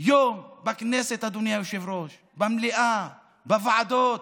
יום בכנסת, אדוני היושב-ראש, במליאה, בוועדות